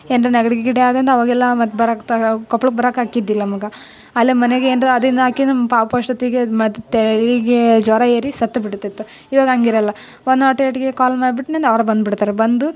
ಏನರ ನೆಗಡಿ ಗಿಗಡಿ ಆದಾಗ ಆವಾಗೆಲ್ಲ ಮದ್ದು ಬರಾ ತರಾಕೆ ಕೊಪ್ಳಕ್ಕೆ ಬರಾಕೆ ಆಗಿದ್ದಿಲ್ಲ ನಮ್ಗೆ ಅಲ್ಲೆ ಮನೇಗೆ ಏನರ ಅದಿನ್ನು ಆಗಿ ನಮ್ಮ ಪಾಪು ಅಷ್ಟೊತ್ತಿಗೆ ಅದು ಮತ್ತೆ ತಲಿಗೆ ಜ್ವರ ಏರಿ ಸತ್ತು ಬಿಡ್ತೈತು ಇವಾಗ ಹಂಗಿರಲ್ಲ ಒನ್ ನಾಟ್ ಏಯ್ಟ್ಗೆ ಕಾಲ್ ಮಾಡಿ ಬಿಟ್ನ ಅಂದ್ರೆ ಅವ್ರು ಬಂದ್ಬಿಡ್ತಾರೆ ಬಂದು